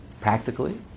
Practically